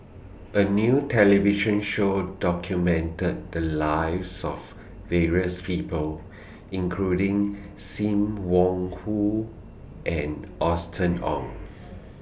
A New television Show documented The Lives of various People including SIM Wong Hoo and Austen Ong